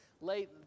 late